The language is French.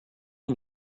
une